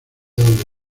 donde